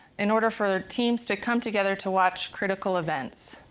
in order for teams to come together to watch critical events.